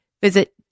visit